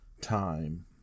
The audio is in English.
time